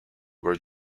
were